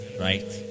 right